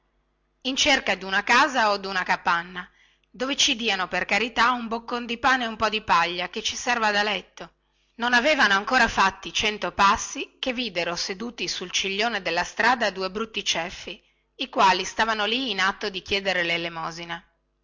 in cerca di una casa o duna capanna dove ci diano per carità un boccon di pane e un po di paglia che ci serva da letto non avevano ancora fatti cento passi che videro seduti sul ciglione della strada due brutti ceffi i quali stavano lì in atto di chiedere lelemosina